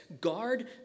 guard